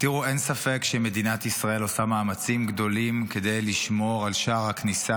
אין ספק שמדינת ישראל עושה מאמצים גדולים כדי לשמור על שער הכניסה